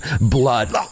blood